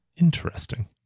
Interesting